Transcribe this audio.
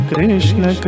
Krishna